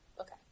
Okay